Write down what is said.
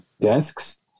desks